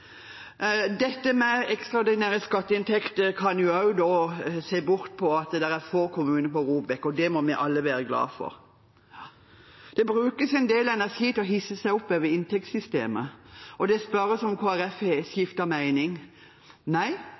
dette med ekstraordinære skatteinntekter, må man også se på at det er få kommuner på ROBEK-listen, og det må vi alle være glade for. Det brukes en del energi på å hisse seg opp over inntektssystemet, og man spør om Kristelig Folkeparti har skiftet mening. Nei, det har